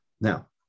Now